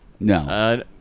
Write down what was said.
No